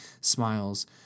smiles